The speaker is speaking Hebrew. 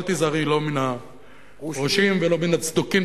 אל תיזהרי לא מן הפרושים ולא מן הצדוקים,